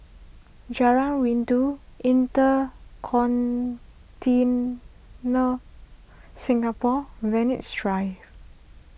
Jalan Rindu InterContinent Singapore Venus Drive